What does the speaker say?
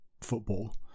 football